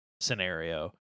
scenario